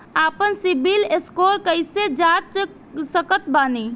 आपन सीबील स्कोर कैसे जांच सकत बानी?